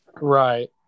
Right